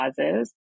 causes